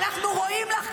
אנחנו רואים לך,